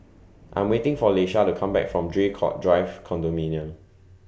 I'm waiting For Leisha to Come Back from Draycott Drive Condominium